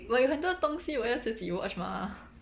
我有很多东西我要自己 watch mah